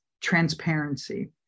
transparency